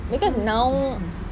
dia